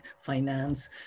finance